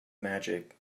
magic